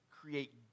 create